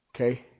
Okay